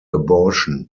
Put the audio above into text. abortion